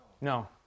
No